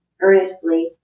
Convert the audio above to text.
earnestly